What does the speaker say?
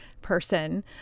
Person